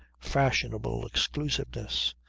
fashionable exclusiveness.